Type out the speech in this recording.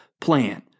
plan